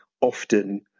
often